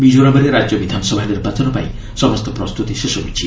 ମିକୋରାମ୍ରେ ରାଜ୍ୟ ବିଧାନସଭା ନିର୍ବାଚନପାଇଁ ସମସ୍ତ ପ୍ରସ୍ତୁତି ଶେଷ ହୋଇଛି